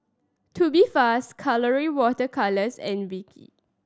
Tubifast Colora Water Colours and V